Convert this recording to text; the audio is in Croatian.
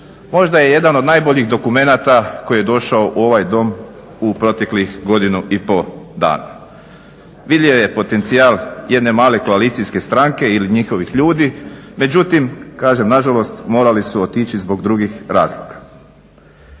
možda je jedan od najboljih dokumenta koji je došao u ovaj Dom u proteklih godinu i pol dana. Vidljiv je potencijal jedne male koalicijske stranke ili njihovih ljudi međutim kažem nažalost morali su otići zbog drugih razloga.